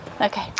Okay